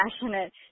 passionate